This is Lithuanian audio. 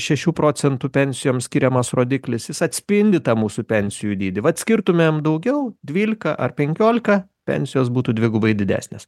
šešių procentų pensijoms skiriamas rodiklis jis atspindi tą mūsų pensijų dydį vat skirtumėm daugiau dvyliką ar penkioliką pensijos būtų dvigubai didesnės